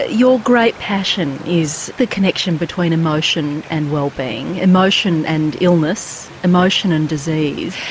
ah your great passion is the connection between emotion and wellbeing, emotion and illness, emotion and disease.